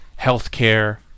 healthcare